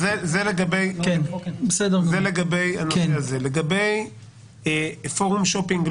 לגבי פורום שופינג,